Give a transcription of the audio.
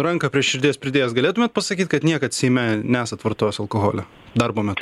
ranką prie širdies pridėjęs galėtumėt pasakyt kad niekad seime nesat vartojęs alkoholio darbo metu